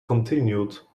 continued